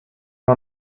who